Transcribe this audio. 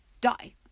die